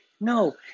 No